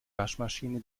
waschmaschine